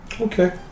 Okay